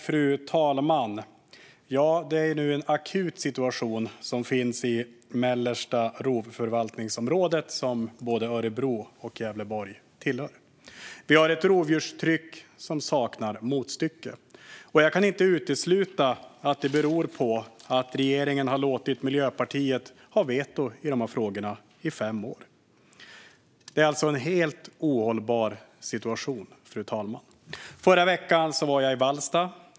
Fru talman! Det råder nu en akut situation i det mellersta rovdjursförvaltningsområdet, som både Örebro och Gävleborg tillhör. Vi har ett rovdjurstryck som saknar motstycke. Jag kan inte utesluta att det beror på att regeringen har låtit Miljöpartiet ha veto i de här frågorna i fem år. Det är en helt ohållbar situation, fru talman. Förra veckan var jag i Vallsta.